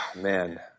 man